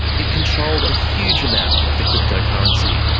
it controlled a huge amount of the cryptocurrency.